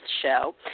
show